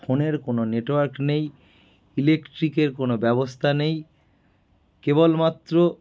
ফোনের কোনো নেটওয়ার্ক নেই ইলেকট্রিকের কোনো ব্যবস্থা নেই কেবলমাত্র